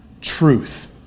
truth